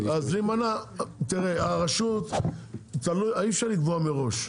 תראה, הרשות, אי אפשר לקבוע מראש.